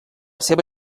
seva